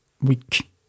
week